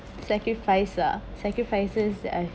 sacrifice ah sacrifices that I’ve